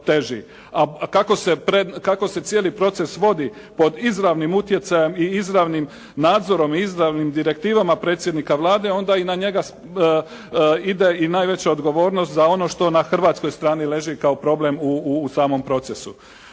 A kako se cijeli proces vodi pod izravnim utjecajem i izravnim nadzorom i izravnim direktivama predsjednika Vlade onda i na njega ide i najveća odgovornost za ono što na hrvatskoj strani leži kao problem u samom procesu.